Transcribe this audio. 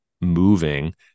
moving